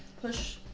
push